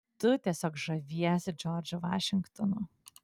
tu tiesiog žaviesi džordžu vašingtonu